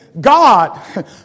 God